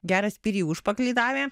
gerą spyrį į užpakalį davė